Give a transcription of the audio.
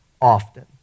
often